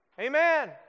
Amen